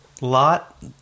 lot